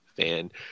fan